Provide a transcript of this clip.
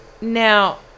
Now